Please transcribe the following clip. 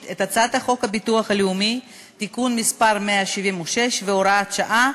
את הצעת חוק הביטוח הלאומי (תיקון מס' 176 והוראת שעה),